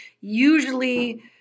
usually